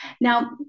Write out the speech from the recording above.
Now